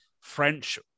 french